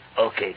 Okay